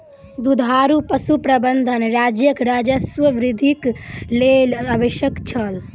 दुधारू पशु प्रबंधन राज्यक राजस्व वृद्धिक लेल आवश्यक छल